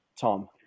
Tom